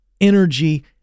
energy